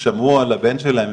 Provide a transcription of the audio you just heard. ששמעו על הבן שלהם,